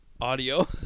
audio